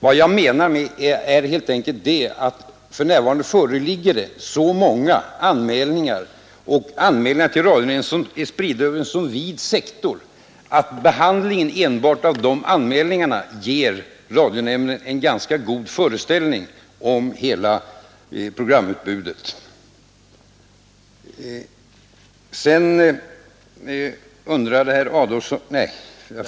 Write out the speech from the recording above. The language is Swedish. Vad jag menar är helt enkelt att för närvarande föreligger det så många anmälningar till radionämnden, och anmälningar som är spridda över en så vid sektor, att behandlingen enbart av de anmälningarna ger nämnden en ganska god föreställning om hela programutbudet.